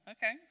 Okay